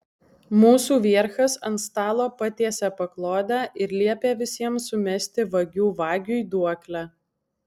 mūsų vierchas ant stalo patiesė paklodę ir liepė visiems sumesti vagių vagiui duoklę